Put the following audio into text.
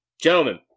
Gentlemen